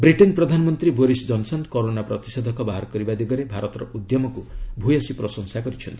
Britain ପ୍ରଧାନମନ୍ତ୍ରୀ Boris Johnson corona ପ୍ରତିଷେଧକ ବାହାର କରିବା ଦିଗରେ ଭାରତର ଉଦ୍ୟମକ୍ତ ଭ୍ୟସୀ ପ୍ରଶଂସା କରିଛନ୍ତି